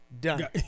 done